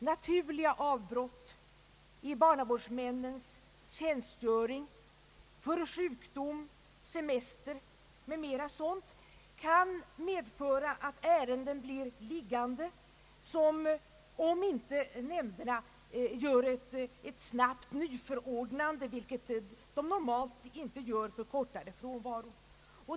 Naturliga avbrott i barnavårdsmännens tjänstgöring för sjukdom, semester m.m. kan medföra att ärenden blir liggande, om inte nämnderna gör ett snabbt nyförordnande, vilket de normalt inte gör för kortare frånvaro.